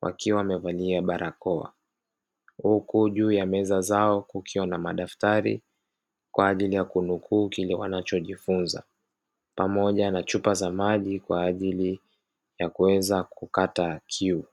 wakiwa wamevalia barakoa, huku juu ya meza zao kukiwa na madaftari kwa ajili ya kunukuu kile wanachojifunza, pamoja na chupa za maji kwa ajili ya kuweza kukata kiu.